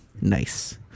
Nice